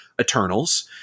Eternals